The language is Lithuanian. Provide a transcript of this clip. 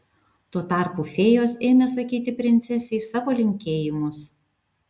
tuo tarpu fėjos ėmė sakyti princesei savo linkėjimus